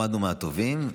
למדנו מהטובים.